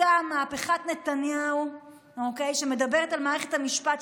אותה מהפכת נתניהו שמדברת על מערכת המשפט,